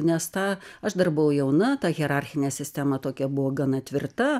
nes tą aš dar buvau jauna ta hierarchinė sistema tokia buvo gana tvirta